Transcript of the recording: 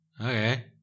okay